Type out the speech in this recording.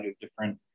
different